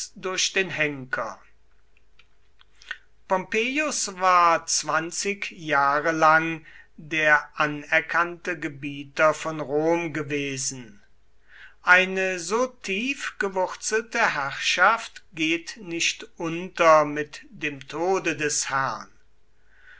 durch den henker pompeius war zwanzig jahre lang der anerkannte gebieter von rom gewesen eine so tief gewurzelte herrschaft geht nicht unter mit dem tode des herrn